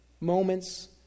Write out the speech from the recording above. moments